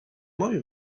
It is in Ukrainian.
мові